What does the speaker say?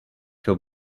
her